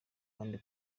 kandi